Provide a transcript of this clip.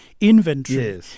Inventory